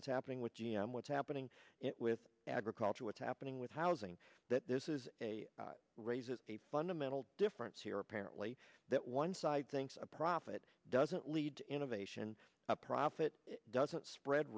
what's happening with g m what's happening with agriculture what's happening with housing that this is a raises a fundamental difference here apparently that one side thinks a profit doesn't lead to innovation a profit doesn't spread